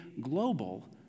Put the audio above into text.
global